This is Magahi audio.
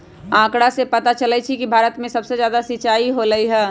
आंकड़ा से पता चलई छई कि भारत में सबसे जादा सिंचाई होलई ह